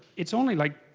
it's only like